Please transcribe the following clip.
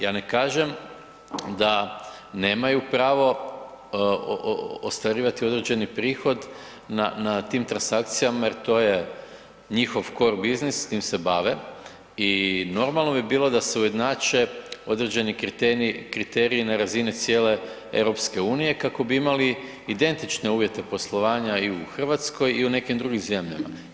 Ja ne kažem da nemaju pravo ostvarivati određeni prihod na tim transakcijama jer to je njihov core business, tim se bave i normalno bi bilo da se ujednače određeni kriteriji na razini cijele EU kako bi imali identične uvjete poslovanja i u Hrvatskoj i u nekim drugim zemljama.